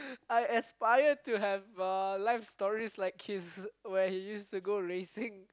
I aspire to have uh life stories like his when he used to go racing